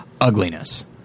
ugliness